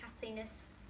happiness